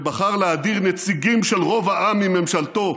שבחר להדיר נציגים של רוב העם מממשלתו,